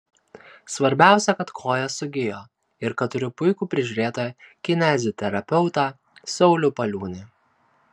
svarbiausia kad koja sugijo ir kad turiu puikų prižiūrėtoją kineziterapeutą saulių paliūnį